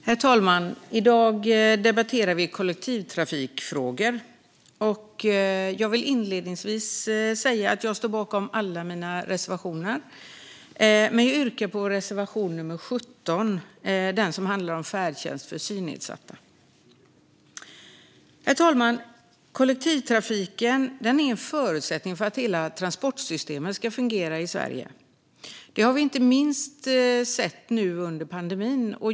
Herr talman! I dag debatterar vi kollektivtrafikfrågor. Jag vill inledningsvis säga att jag står bakom alla mina reservationer, men jag yrkar bifall till reservation nummer 17, som handlar om färdtjänst för synnedsatta. Herr talman! Kollektivtrafiken är en förutsättning för att hela transportsystemet i Sverige ska fungera. Det har vi sett inte minst nu under pandemin.